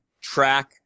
track